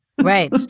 Right